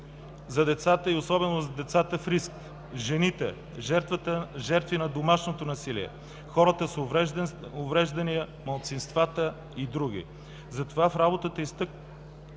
за децата и особено за децата в риск; жените – жертви на домашното насилие; хората с увреждания; малцинствата и други. Затова в работата изтъкна